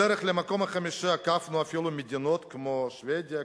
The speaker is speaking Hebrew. בדרך למקום החמישי עקפנו אפילו מדינות כמו שבדיה,